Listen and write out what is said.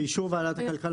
באישור ועדת הכלכלה.